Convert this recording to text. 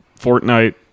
Fortnite